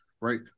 right